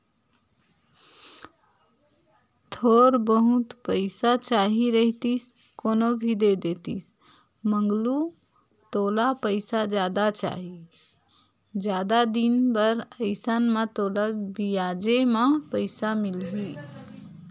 थोर बहुत पइसा चाही रहितिस कोनो भी देतिस मंगलू तोला पइसा जादा चाही, जादा दिन बर अइसन म तोला बियाजे म पइसा मिलही